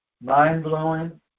mind-blowing